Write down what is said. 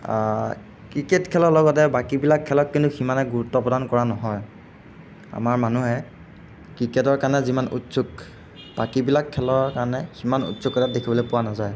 cricket খেলৰ লগতে বাকীবিলাক খেলক কিন্তু সিমানে গুৰুত্ব প্ৰদান কৰা নহয় আমাৰ মানুহে ক্ৰিকেটৰ কাৰণে যিমান উৎসুক বাকীবিলাক খেলৰ কাৰণে সিমান উৎসুকতা দেখিবলৈ পোৱা নাযায়